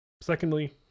Secondly